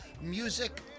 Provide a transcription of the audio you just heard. music